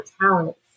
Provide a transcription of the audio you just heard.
talents